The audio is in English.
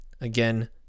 Again